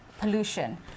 pollution